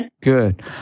Good